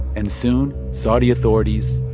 and soon, saudi authorities.